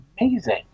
amazing